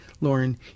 Lauren